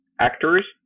actors